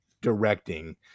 directing